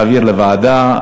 להעביר לוועדה,